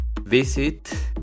visit